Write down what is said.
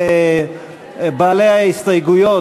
בעלי ההסתייגויות,